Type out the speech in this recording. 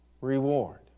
reward